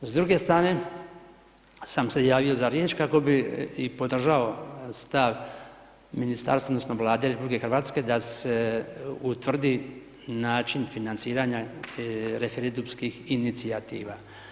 S druge strane sam se javio za riječ kako bi i podržao stav ministarstva odnosno Vlade RH da se utvrdi način financiranja referendumskih inicijativa.